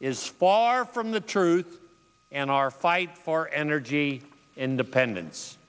is far from the truth and our fight for energy independence